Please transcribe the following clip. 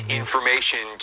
information